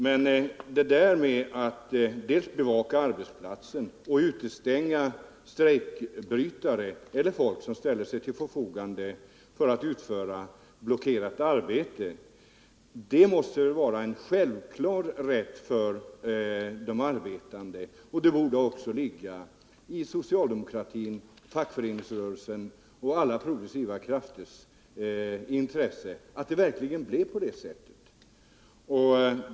Men detta att bevaka arbetsplatsen och utestänga strejkbrytare eller folk som ställer sig till förfogande för att utföra blockerat arbete måste vara en självklar rätt för de arbetande, och det borde också ligga i socialdemokratins, fackföreningsrörelsens och alla progressiva krafters intresse att det verkligen blev på det sättet.